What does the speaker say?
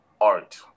art